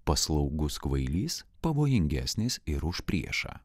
paslaugus kvailys pavojingesnis ir už priešą